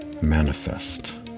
manifest